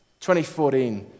2014